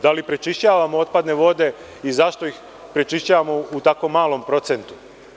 Da li prečišćavamo otpadne vode i zašto ih prečišćavamo u tako malom procentu?